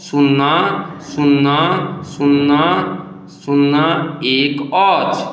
सुन्ना सुन्ना सुन्ना सुन्ना एक अछि